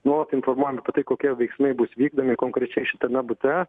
nuolat informuojam apie tai kokie veiksmai bus vykdomi konkrečiai šitame bute